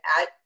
add